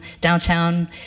downtown